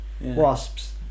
wasps